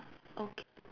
okay